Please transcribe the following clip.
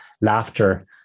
laughter